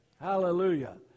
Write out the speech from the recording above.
Hallelujah